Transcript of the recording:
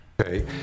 Okay